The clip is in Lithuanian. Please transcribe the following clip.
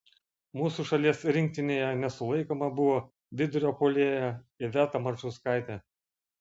mūsų šalies rinktinėje nesulaikoma buvo vidurio puolėja iveta marčauskaitė